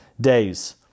days